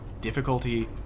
difficulty